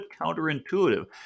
counterintuitive